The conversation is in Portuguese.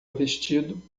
vestido